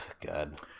God